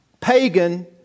pagan